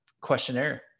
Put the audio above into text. questionnaire